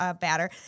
batter